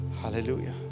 Hallelujah